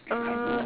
uh